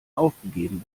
aufgegeben